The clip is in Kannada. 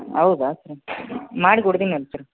ಹೌದಾ ಸರ್ ಮಾಡಿ ಕೊಡ್ತೀನಂತೆ ಸರ